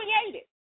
created